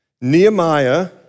Nehemiah